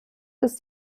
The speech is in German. des